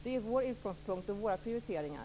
Det är vår utgångspunkt och våra prioriteringar.